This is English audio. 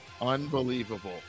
unbelievable